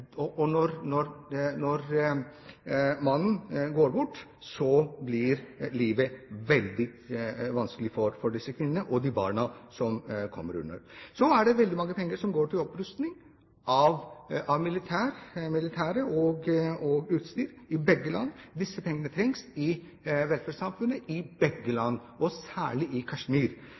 og når mannen går bort, blir livet veldig vanskelig for disse kvinnene og for barna. Så er det i begge land veldig mange penger som går til opprustning av det militære og til utstyr. Disse pengene trengs i velferdssamfunnet i begge land, og særlig i Kashmir.